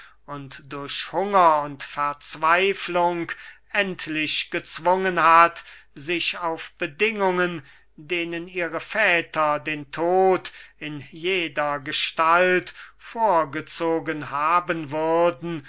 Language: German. durch hunger und verzweiflung endlich gezwungen hat sich auf bedingungen denen ihre väter den tod in jeder gestalt vorgezogen haben würden